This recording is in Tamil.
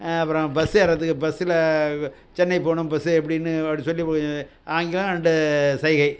அப்புறம் பஸ் ஏறுறதுக்கு பஸ்ஸில் சென்னை போகணும் பஸ்ஸு எப்படின்னு அப்படி சொல்லி ஆங்கிலம் அண்டு சைகை